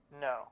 No